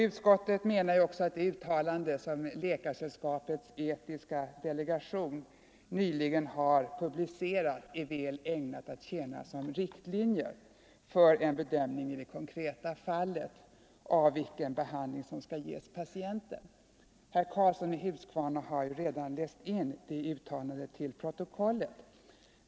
Utskottet menar också att det uttalande som Läkaresällskapets etiska delegation nyligen har publicerat är väl ägnat att tjäna som riktlinje för en bedömning i det konkreta fallet av vilken behandling som skall ges patienten. Herr Karlsson i Huskvarna har ju redan läst in det uttalandet till protokollet.